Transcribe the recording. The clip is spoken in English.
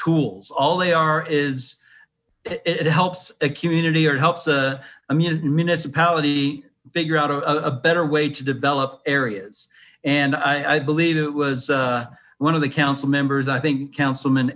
tools all they are is it helps a community or helps a municipality figure out a better way to develop areas and i believe it was one of the council members i think councilm